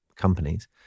companies